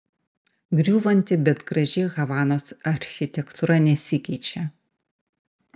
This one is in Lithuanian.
griūvanti bet graži havanos architektūra nesikeičia